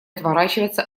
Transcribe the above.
отворачиваться